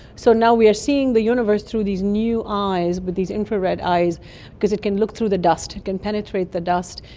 so now we are seeing the universe through these new eyes, through but these infrared eyes because it can look through the dust, it can penetrate the dust.